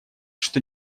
что